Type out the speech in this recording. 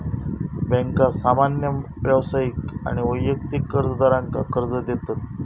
बँका सामान्य व्यावसायिक आणि वैयक्तिक कर्जदारांका कर्ज देतत